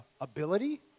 ability